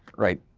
right,